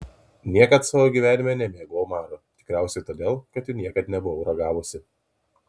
niekad savo gyvenime nemėgau omarų tikriausiai todėl kad jų niekad nebuvau ragavusi